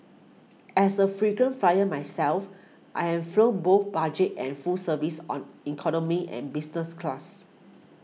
as a frequent flyer myself I've flown both budget and full service on economy and business class